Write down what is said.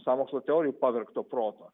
sąmokslo teorijų pavergto proto